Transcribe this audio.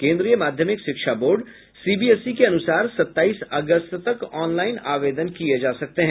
केन्द्रीय माध्यमिक शिक्षा बोर्ड सीबीएसई के अनुसार सत्ताईस अगस्त तक ऑनलाइन आवेदन किए जा सकते हैं